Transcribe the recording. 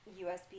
USB